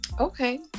Okay